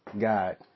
God